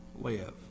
live